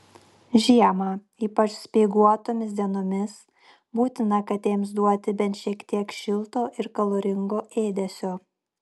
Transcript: žiemą ypač speiguotomis dienomis būtina katėms duoti bent šiek tiek šilto ir kaloringo ėdesio